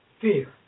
fear